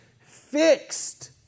fixed